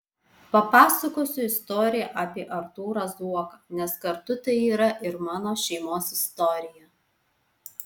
papasakosiu istoriją apie artūrą zuoką nes kartu tai yra ir mano šeimos istorija